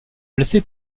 blessé